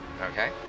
Okay